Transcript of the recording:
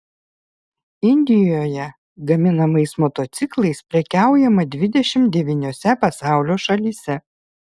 indijoje gaminamais motociklais prekiaujama dvidešimt devyniose pasaulio šalyse